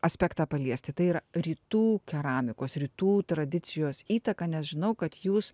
aspektą paliesti tai yra rytų keramikos rytų tradicijos įtaka nes žinau kad jūs